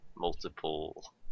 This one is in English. multiple